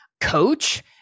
coach